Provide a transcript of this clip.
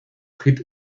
hit